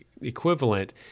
equivalent